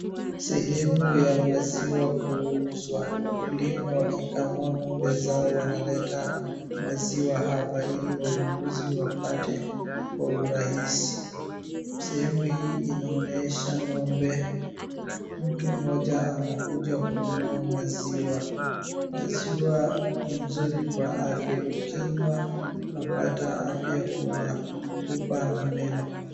Sehemu ya maziwa kuuzwa, wakulima wakikamua ng'ombe zao wanaleta maziwa hapa ili wanunuzi wapate kwa urahisi. Sehemu hii inaonyesha ng'ombe, mtu mmoja anakuja kununua maziwa, maziwa ni mzuri ka afya, ukinywa unapata afya kwa kucha na meno.